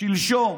שלשום.